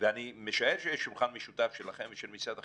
ואני משער שיש שולחן משותף שלכם ושל משרד החינוך,